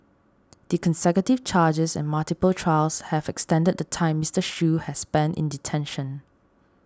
the consecutive charges and multiple trials have extended the time Mister Shoo has spent in detention